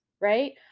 right